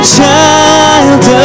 child